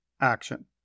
Action